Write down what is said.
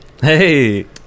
Hey